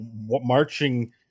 marching